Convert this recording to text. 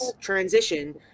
transition